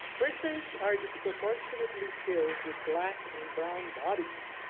prisons are disproportionately filled with black and brown bodies.